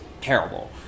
terrible